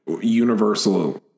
Universal